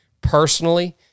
personally